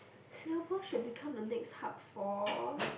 Singapore should become the next hub for